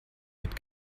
mit